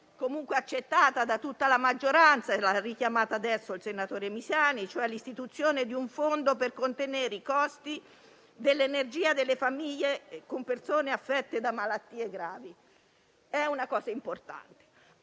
accettato da tutta la maggioranza e richiamato dal senatore Misiani, recante l'istituzione di un fondo per contenere i costi dell'energia per le famiglie con persone affette da malattie gravi. È una misura importante,